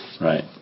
Right